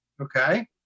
Okay